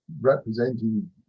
representing